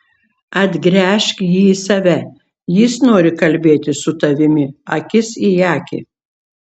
atgręžk jį į save jis nori kalbėtis su tavimi akis į akį